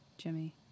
jimmy